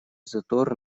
затор